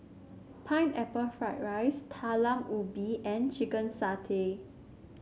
Pineapple Fried Rice Talam Ubi and Chicken Satay